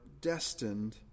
destined